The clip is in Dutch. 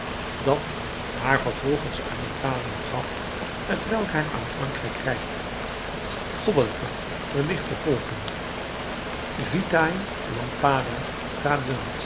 dat haar vervolgens aan italië gaf t welk haar aan frankrijk reikte goddelijke verlichtende volken vitai lampada